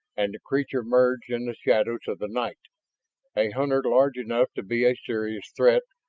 and the creature merged in the shadows of the night a hunter large enough to be a serious threat,